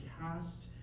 cast